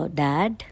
dad